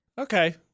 Okay